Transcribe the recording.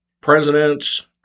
presidents